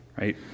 right